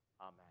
Amen